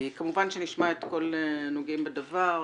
כמובן שנשמע את כל הנוגעים בדבר,